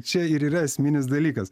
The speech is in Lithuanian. čia ir yra esminis dalykas